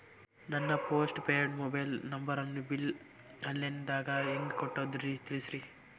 ನನ್ನ post paid mobile ನಂಬರನ್ನು bill online ದಾಗ ಹೆಂಗ್ ಕಟ್ಟೋದು ತಿಳಿಸ್ರಿ